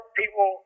people